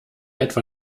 etwa